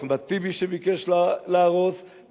אחמד טיבי שביקש להרוס,